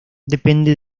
depende